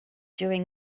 during